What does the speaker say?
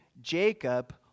Jacob